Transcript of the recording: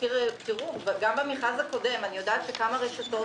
גם במכרז הקודם אני יודעת שכמה רשתות